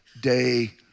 day